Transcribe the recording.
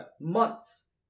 Months